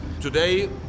Today